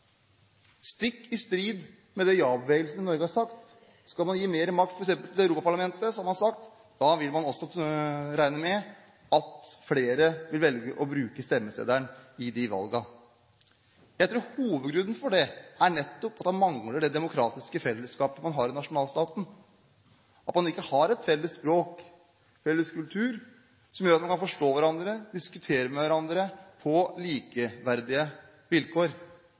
stikk i strid med det som ja-bevegelsen i Norge har sagt. Skal man gi mer makt, f.eks. til Europa-parlamentet, som man har sagt, vil man også regne med at flere vil velge å bruke stemmeseddelen i de valgene. Jeg tror hovedgrunnen til dette nettopp er at da mangler man det demokratiske fellesskapet som man har i nasjonalstaten, at man ikke har et felles språk, en felles kultur, som gjør at man kan forstå hverandre og diskutere med hverandre på likeverdige vilkår.